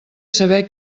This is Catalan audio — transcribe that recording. saber